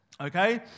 Okay